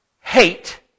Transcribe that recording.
hate